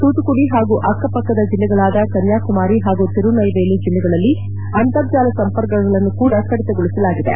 ತೂತುಕುಡಿ ಹಾಗೂ ಅಕ್ಕಪಕ್ಕದ ಜಿಲ್ಲೆಗಳಾದ ಕನ್ನಕುಮಾರಿ ಹಾಗೂ ತಿರುನೈವೇಲಿ ಜಿಲ್ಲೆಗಳಲ್ಲಿ ಅಂತರ್ಜಾಲ ಸಂಪರ್ಕಗಳನ್ನು ಕೂಡ ಕಡಿತಗೊಳಿಸಲಾಗಿದೆ